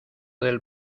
del